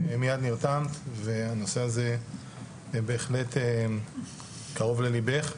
מייד נרתמת והנושא הזה בהחלט קרוב לליבך.